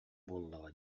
буоллаҕа